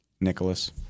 Nicholas